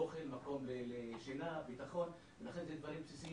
אוכל, מקום לשינה, ביטחון, לכן אלה דברים בסיסיים.